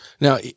Now